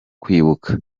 kwibuka